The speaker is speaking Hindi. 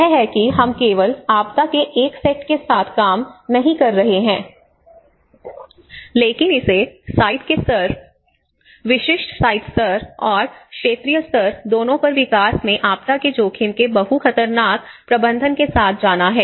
यह है कि हम केवल आपदा के एक सेट के साथ काम नहीं कर रहे हैं लेकिन इसे साइट के स्तर विशिष्ट साइट स्तर और क्षेत्रीय स्तर दोनों पर विकास में आपदा जोखिम के बहु खतरनाक प्रबंधन के साथ जाना है